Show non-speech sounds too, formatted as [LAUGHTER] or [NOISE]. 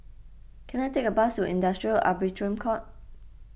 can I take a bus to Industrial [UNINTELLIGIBLE] Court